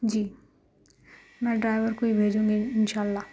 جی میں ڈرائیور کو ہی بھیجوں گی انشا اللہ